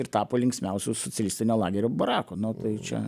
ir tapo linksmiausiu socialistinio lagerio baraku no tai čia